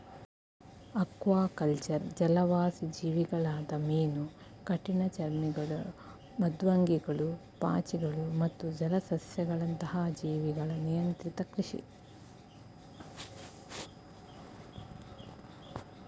aquaculture ಜಲವಾಸಿ ಜೀವಿಗಳಾದ ಮೀನು ಕಠಿಣಚರ್ಮಿಗಳು ಮೃದ್ವಂಗಿಗಳು ಪಾಚಿಗಳು ಮತ್ತು ಜಲಸಸ್ಯಗಳಂತಹ ಜೀವಿಗಳ ನಿಯಂತ್ರಿತ ಕೃಷಿ